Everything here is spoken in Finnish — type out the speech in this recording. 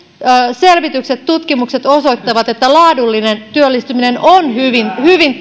selvitykset ja tutkimukset osoittavat että laadullinen työllistyminen on hyvin hyvin